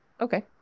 okay